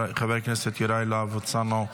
חבר הכנסת יוראי להב הרצנו,